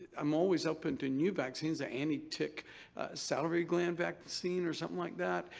i'm always open to new vaccines the anti-tick salivary gland vaccine or something like that,